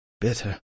bitter